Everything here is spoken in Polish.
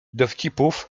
dowcipów